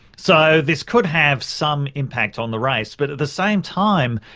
so this could have some impact on the race. but at the same time,